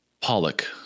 Pollock